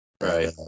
Right